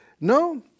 No